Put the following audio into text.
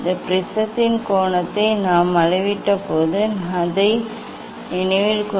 இந்த ப்ரிஸத்தின் கோணத்தை நாம் அளவிட்டபோது அதை நினைவில் கொள்க